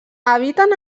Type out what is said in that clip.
habiten